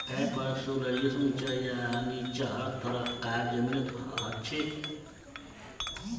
कैप्सुलैरिस ऊंचा या नीचा हर तरह कार जमीनत हछेक